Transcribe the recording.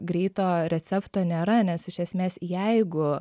greito recepto nėra nes iš esmės jeigu